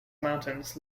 mountains